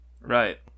Right